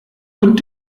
und